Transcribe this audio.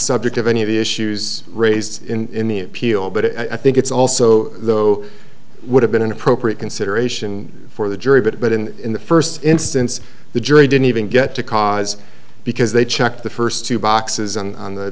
subject of any of the issues raised in the appeal but i think it's also though would have been an appropriate consideration for the jury but in the first instance the jury didn't even get to cars because they checked the first two boxes and